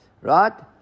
right